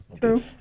True